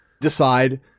decide